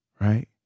right